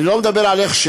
אני לא מדבר על הכשר,